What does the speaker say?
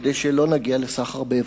כדי שלא נגיע לסחר באיברים.